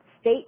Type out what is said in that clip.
state